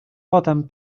potem